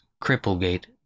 Cripplegate